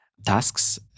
tasks